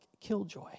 killjoy